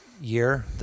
year